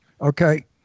Okay